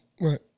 Right